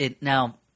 Now